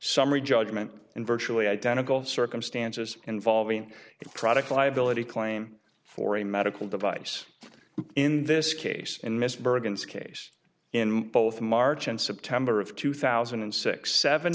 summary judgment in virtually identical circumstances involving its product liability claim for a medical device in this case and miss bergen's case in both march and september of two thousand and six seven